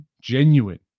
genuine